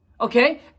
okay